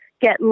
get